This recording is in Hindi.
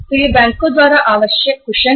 तो यह बैंकों द्वारा आवश्यक कुशन है